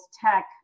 tech